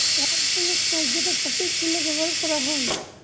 এক ধরনের ট্রাক যেটা চাষের জন্য ব্যবহার করা হয়